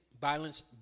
violence